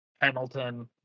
Hamilton